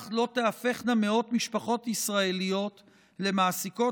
כך לא תיהפכנה מאות משפחות ישראליות למעסיקות